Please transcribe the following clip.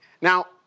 Now